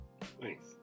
Thanks